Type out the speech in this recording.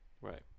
right